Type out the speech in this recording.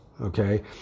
Okay